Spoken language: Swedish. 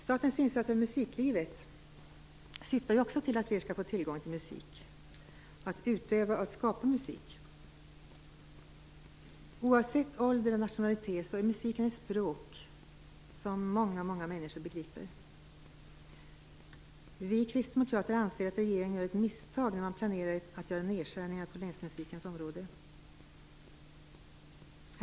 Statens insatser för musiklivet syftar till att vi skall få tillgång till musik och möjlighet att utöva och skapa musik. Oavsett ålder och nationalitet är musiken ett språk som väldigt många människor begriper. Vi kristdemokrater anser att regeringen gör ett misstag när man planerar att göra nedskärningar på länsmusikens område.